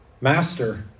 Master